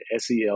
SEL